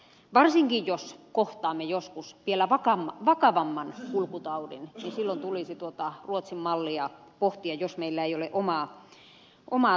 varsinkin jos kohtaamme joskus vielä vakavamman kulkutaudin silloin tulisi tuota ruotsin mallia pohtia jos meillä ei ole omaa tuotantoa